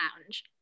lounge